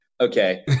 Okay